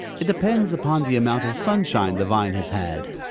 it depends upon the amount of sunshine the vine has had.